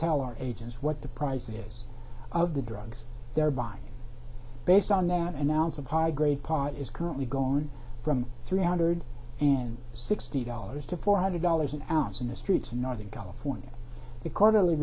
tell our agents what the prices of the drugs they're buy based on that an ounce of high grade pot is currently going from three hundred and sixty dollars to four hundred dollars an ounce in the streets in northern california the quarterly